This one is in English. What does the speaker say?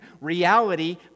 reality